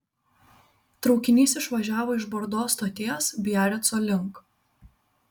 traukinys išvažiavo iš bordo stoties biarico link